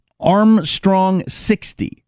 ARMSTRONG60